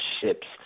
ships